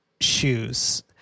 shoes